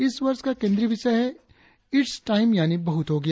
इस वर्ष का केंद्रीय विषय है इट्स टाइम यानि बहुत हो गया